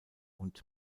und